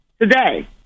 today